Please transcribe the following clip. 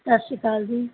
ਸਤਿ ਸ਼੍ਰੀ ਅਕਾਲ ਜੀ